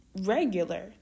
regular